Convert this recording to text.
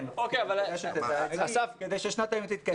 כן, כדאי שתדע את זה, כדי ששנת הלימודים תתקיים.